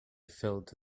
filled